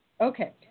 Okay